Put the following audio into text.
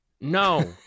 No